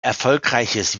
erfolgreiches